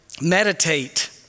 meditate